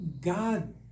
God